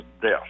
death